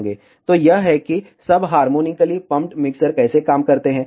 तो यह है कि सब हार्मोनिकली पम्पड मिक्सर कैसे काम करते हैं